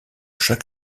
chaque